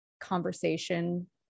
conversation